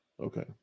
okay